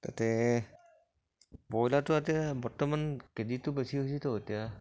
তাতে ব্ৰইলাৰটো এতিয়া বৰ্তমান কে জিটো বেছি হৈছেতো এতিয়া